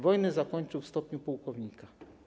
Wojnę zakończył w stopniu pułkownika.